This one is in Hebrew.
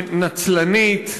נצלנית,